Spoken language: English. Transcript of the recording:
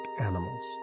animals